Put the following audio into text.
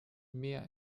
mehr